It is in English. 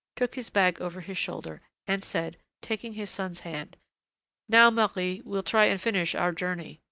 took his bag over his shoulder, and said, taking his son's hand now, marie, we'll try and finish our journey.